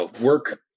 Work